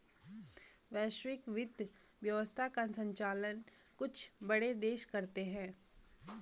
वैश्विक वित्त व्यवस्था का सञ्चालन कुछ बड़े देश करते हैं